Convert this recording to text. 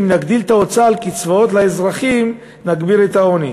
אם נגדיל את ההוצאה על קצבאות לאזרחים נגביר את העוני.